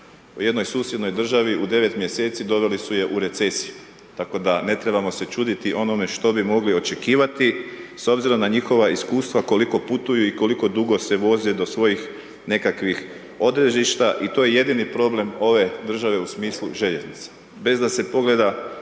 U jednoj susjednoj državi u 9 mjeseci doveli su je u recesiju, tako da ne trebamo se čuditi onome što bi mogli očekivati, s obzirom na njihova iskustva koliko putuju i koliko dugo se voze do svojih nekakvih odredišta i to je jedini problem ove države u smislu željeznice,